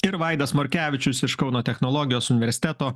ir vaidas morkevičius iš kauno technologijos universiteto